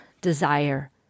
desire